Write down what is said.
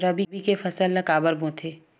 रबी के फसल ला काबर बोथे?